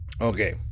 Okay